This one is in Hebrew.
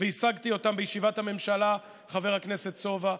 והשגתי אותן בישיבת הממשלה, חבר הכנסת סובה.